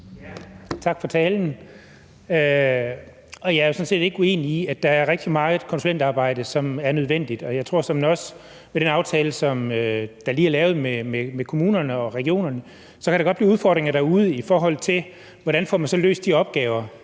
Tak for talen. Jeg er sådan set ikke uenig i, at der er rigtig meget konsulentarbejde, som er nødvendigt, og jeg tror såmænd også, at der med den aftale, der lige er lavet med kommunerne og regionerne, godt kan blive udfordringer derude, i forhold til hvordan man så får løst de opgaver,